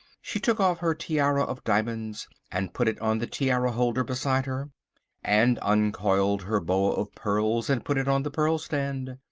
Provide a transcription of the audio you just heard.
she took off her tiara of diamonds and put it on the tiara-holder beside her and uncoiled her boa of pearls and put it on the pearl-stand.